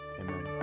amen